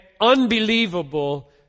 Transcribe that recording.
unbelievable